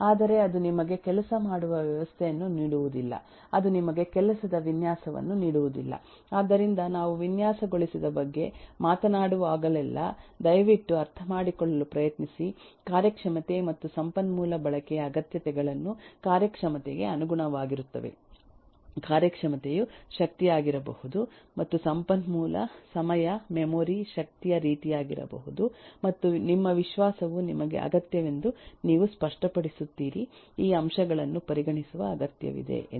ಆದರೆ ಅದು ನಿಮಗೆ ಕೆಲಸ ಮಾಡುವ ವ್ಯವಸ್ಥೆಯನ್ನು ನೀಡುವುದಿಲ್ಲ ಅದು ನಿಮಗೆ ಕೆಲಸದ ವಿನ್ಯಾಸವನ್ನು ನೀಡುವುದಿಲ್ಲ ಆದ್ದರಿಂದ ನಾವು ವಿನ್ಯಾಸಗೊಳಿಸಿದ ಬಗ್ಗೆ ಮಾತನಾಡುವಾಗಲೆಲ್ಲಾ ದಯವಿಟ್ಟು ಅರ್ಥಮಾಡಿಕೊಳ್ಳಲು ಪ್ರಯತ್ನಿಸಿ ಕಾರ್ಯಕ್ಷಮತೆ ಮತ್ತು ಸಂಪನ್ಮೂಲ ಬಳಕೆಯ ಅಗತ್ಯತೆಗಳನ್ನು ಕಾರ್ಯಕ್ಷಮತೆಗೆ ಅನುಗುಣವಾಗಿರುತ್ತವೆ ಕಾರ್ಯಕ್ಷಮತೆಯು ಶಕ್ತಿಯಾಗಿರಬಹುದು ಮತ್ತು ಸಂಪನ್ಮೂಲ ಸಮಯ ಮೆಮೊರಿ ಶಕ್ತಿಯ ರೀತಿಯಾಗಿರಬಹುದು ನಿಮ್ಮ ವಿನ್ಯಾಸವು ನಿಮಗೆ ಅಗತ್ಯವೆಂದು ನೀವು ಸ್ಪಷ್ಟಪಡಿಸುತ್ತೀರಿ ಈ ಅಂಶಗಳನ್ನು ಪರಿಗಣಿಸುವ ಅಗತ್ಯವಿದೆ ಎಂದು